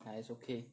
ah is okay